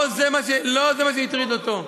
לא זה מה שהטריד אותו.